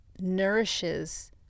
nourishes